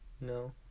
No